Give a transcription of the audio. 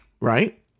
Right